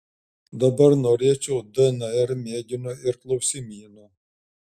dabar norėčiau dnr mėginio ir klausimyno